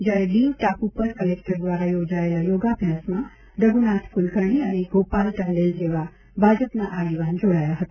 જયારે દિવ ટાપુ ઉપર કલેકટર દ્વારા યોજાયેલા યોગાભ્યાસમાં રઘુનાથ કુલકર્ણી અને ગોપાલ ટંડેલ જેવા ભાજપના આગેવાન જોડાયા હતા